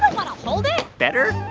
but want to hold it better?